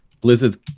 Blizzard's